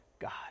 God